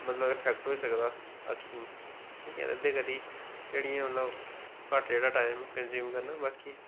मतलब इफैक्ट होई सकदा अक्खियें गी ठीक ऐ एह्दे करी जेह्ड़ी ना मतलब घट्ट जेहड़ा टाइम कनजूम करना बाकी